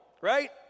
right